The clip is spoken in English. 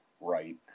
right